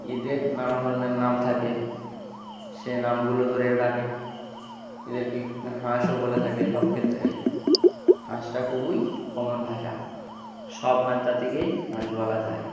এদের নানা ধরনের নাম থাকে সে নামগুলো ধরে ডাকে এদেরকে হাঁসও বলে থাকে সব ক্ষেত্রেই হাঁসটা খুবই কমন ভাষা সব হাঁস জাতিকেই হাঁস বলা যায়